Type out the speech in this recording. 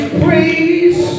praise